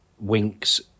Winks